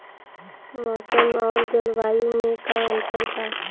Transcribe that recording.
मौसम और जलवायु में का अंतर बा?